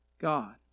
God